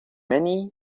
many